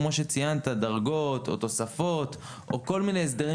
כמו שציינת: דרגות או תוספות או כל מיני הסדרים